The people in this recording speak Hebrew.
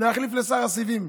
להחליף לשר הסיבים,